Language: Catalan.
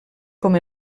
com